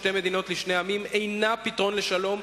"שתי מדינות לשני עמים" אינה פתרון לשלום,